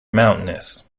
mountainous